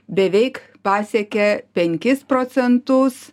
beveik pasiekė penkis procentus